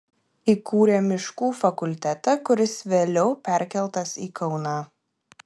įkūrė miškų fakultetą kuris vėliau perkeltas į kauną